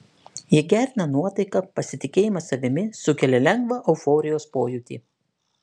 jie gerina nuotaiką pasitikėjimą savimi sukelia lengvą euforijos pojūtį